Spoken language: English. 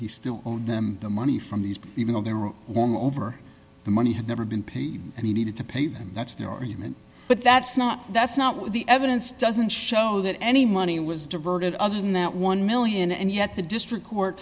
he still owed them the money from these even though they're all over the money had never been paid and he needed to pay them that's their argument but the that's not that's not what the evidence doesn't show that any money was diverted other than that one million and yet the district court